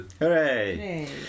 Hooray